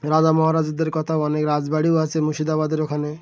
রাজা মহারাজাদের কথাও অনেক রাজবাড়িও আছে মুর্শিদাবাদের ওখানে